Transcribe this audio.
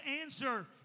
answer